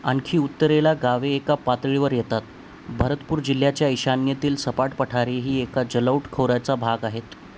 आणखी उत्तरेला गावे एका पातळीवर येतात भरतपूर जिल्ह्याच्या ईशान्येतील सपाट पठारे ही एका जलौढ खोऱ्याचा भाग आहेत